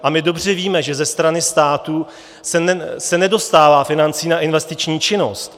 A my dobře víme, že ze strany státu se nedostává financí na investiční činnost.